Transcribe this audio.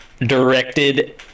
directed